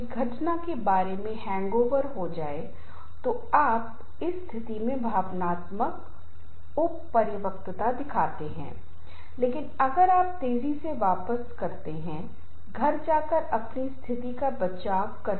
इसलिए कई बार कई मुद्दों के कारण गलतफहमी हो सकती है शायद गलत व्याख्या हो सकती है हो सकता है कि एक दूसरे के विचारों को समझने में कठिनाई हो या किसी प्रकार के टकराव की स्थिति उत्पन्न हो